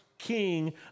king